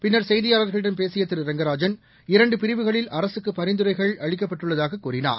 பின்னா் செய்தியாளா்களிடம் பேசிய திரு ரங்கராஜன் இரண்டு பிரிவுகளில் அரசுக்கு பரிந்துரைகள் அளிக்கப்பட்டுள்ளதாகக் கூறினார்